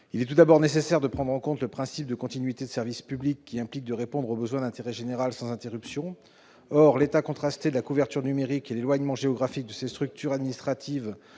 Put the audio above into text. il est nécessaire de prendre en compte le principe de continuité du service public, qui implique de répondre aux besoins d'intérêt général sans interruption. Or l'état contrasté de la couverture numérique et l'éloignement géographique de ces structures administratives